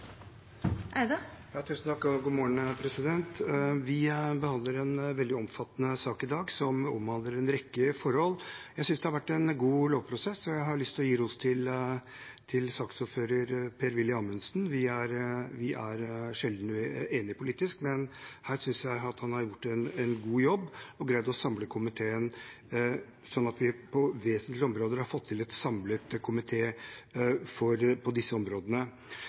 Vi behandler en veldig omfattende sak i dag som omhandler en rekke forhold. Jeg synes det har vært en god lovprosess, og jeg har lyst til å gi ros til saksordfører Per-Willy Amundsen. Vi er sjelden enige politisk, men her synes jeg at han har gjort en god jobb og greid å samle komiteen, sånn at vi på vesentlige områder har fått til en samlet komité på